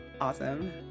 awesome